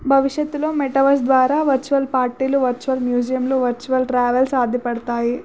భవిష్యత్తులో మెటవర్స్ ద్వారా వర్చువల్ పార్టీలు వర్చువల్ మ్యూజియంలు వర్చువల్ ట్రావెల్స్ సాధ్యపడతాయి